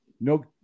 No